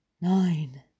nine